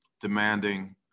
demanding